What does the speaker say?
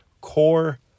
Core